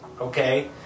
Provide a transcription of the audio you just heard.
okay